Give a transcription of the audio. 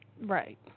Right